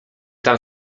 tam